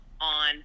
on